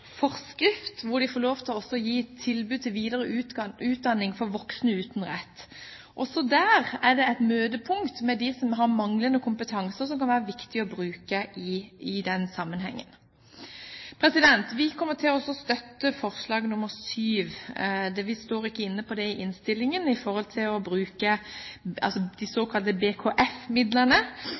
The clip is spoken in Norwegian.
forskrift hvor de får gi tilbud om videreutdanning til voksne uten rett. Også der er det et møtepunkt for dem som har manglende kompetanse som det kan være viktig å bruke i den sammenheng. Vi kommer til å støtte forslag nr. 7 – vi står ikke bak det i innstillingen – om å bruke de såkalte